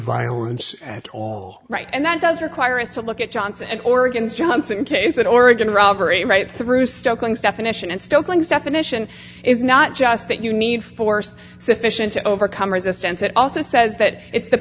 violence at all right and that does require us to look at johnson and oregon's johnson case in oregon robbery right through stockings definition and still clings definition is not just that you need force sufficient to overcome resistance it also says that it's the